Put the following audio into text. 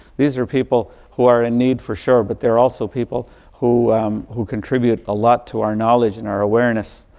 these are people who are in need for sure, but they're also people who who contribute a lot to our knowledge and our awareness.